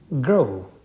grow